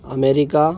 America